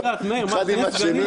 בוא'נה, בחיאת, מאיר, מה, שני סגנים?